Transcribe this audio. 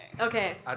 Okay